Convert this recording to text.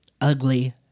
ugly